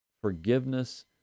forgiveness